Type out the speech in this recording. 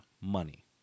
money